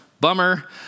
bummer